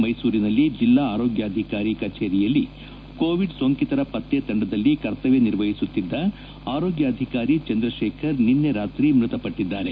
ಮೈಸೂರಿನಲ್ಲಿ ಜಿಲ್ಲಾ ಆರೋಗ್ಯಾಧಿಕಾರಿ ಕಚೇರಿಯಲ್ಲಿ ಕೋವಿಡ್ ಸೋಂಕಿತರ ಪತ್ತೆ ತಂಡದಲ್ಲಿ ಕರ್ತಮ್ಯ ನಿರ್ವಹಿಸುತ್ತಿದ್ದ ಆರೋಗ್ನಾಧಿಕಾರಿ ಚಂದ್ರಶೇಖರ್ ನಿನ್ನೆ ರಾತ್ರಿ ಮೃತಪಟ್ಟಿದ್ದಾರೆ